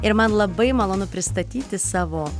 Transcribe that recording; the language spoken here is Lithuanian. ir man labai malonu pristatyti savo